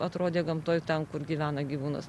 atrodė gamtoj ten kur gyvena gyvūnas